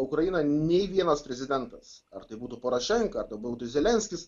ukrainoj nei vienas prezidentas ar tai būtų porošenka ar tai būtų zelenskis